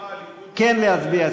להצביע.